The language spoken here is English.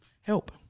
help